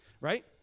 right